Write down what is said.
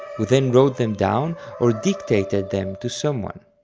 who then wrote them down or dictated them to someone.